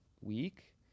week